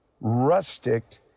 rustic